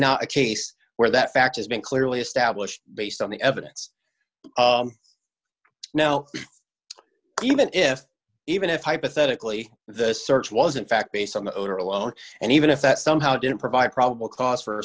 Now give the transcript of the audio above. a case where that fact has been clearly established based on the evidence now even if even if hypothetically the search was in fact based on the owner alone and even if that somehow didn't provide probable cause for a